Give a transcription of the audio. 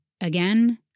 Again